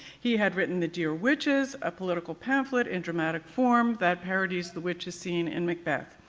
he had written the dear witches, a political pamphlet in dramatic form that parodies the witches scene in macbeth.